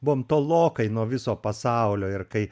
buvom tolokai nuo viso pasaulio ir kai